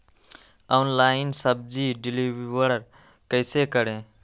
Online सब्जी deliver कैसे करें?